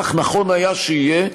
כך נכון היה שיהיה,